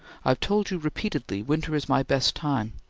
i've told you repeatedly winter is my best time.